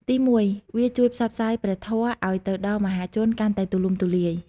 ទីមួយ វាជួយផ្សព្វផ្សាយព្រះធម៌ឱ្យទៅដល់មហាជនកាន់តែទូលំទូលាយ។